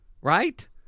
Right